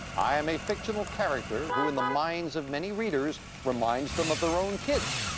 i am a fictional character who, in the minds of many readers, reminds them of their own kids.